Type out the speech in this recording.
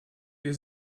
wir